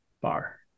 bar